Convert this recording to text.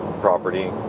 property